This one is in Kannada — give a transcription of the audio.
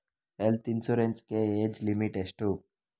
ಹೆಲ್ತ್ ಇನ್ಸೂರೆನ್ಸ್ ಗೆ ಏಜ್ ಲಿಮಿಟ್ ಎಷ್ಟು?